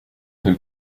who